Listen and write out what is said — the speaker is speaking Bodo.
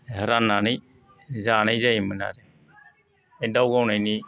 राननानै जानाय जायोमोन आरो बे दाउ गावनायनि